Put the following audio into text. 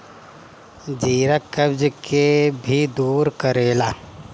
जीरा कब्ज के भी दूर करेला